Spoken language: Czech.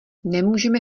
nemůžeme